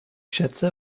schätze